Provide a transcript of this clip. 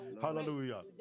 Hallelujah